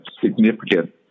significant